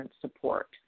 support